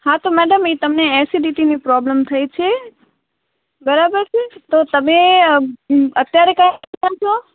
હા તો મેડમ એ તમને ઍસિડિટીની પ્રૉબ્લેમ થઇ છે બરાબર છે તો તમે અત્યારે કંઈ જમ્યાં છો